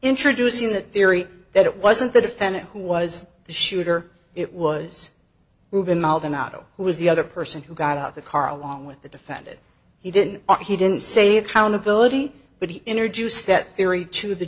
introducing the theory that it wasn't the defendant who was the shooter it was proven maldonado who was the other person who got out of the car along with the defendant he didn't he didn't say accountability but he introduced that theory to the